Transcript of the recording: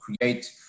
create